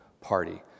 party